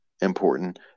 important